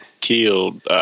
killed